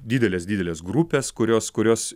didelės didelės grupės kurios kurios